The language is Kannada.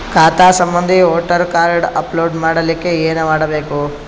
ಖಾತಾ ಸಂಬಂಧಿ ವೋಟರ ಕಾರ್ಡ್ ಅಪ್ಲೋಡ್ ಮಾಡಲಿಕ್ಕೆ ಏನ ಮಾಡಬೇಕು?